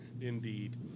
Indeed